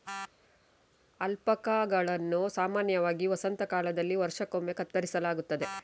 ಅಲ್ಪಾಕಾಗಳನ್ನು ಸಾಮಾನ್ಯವಾಗಿ ವಸಂತ ಕಾಲದಲ್ಲಿ ವರ್ಷಕ್ಕೊಮ್ಮೆ ಕತ್ತರಿಸಲಾಗುತ್ತದೆ